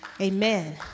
Amen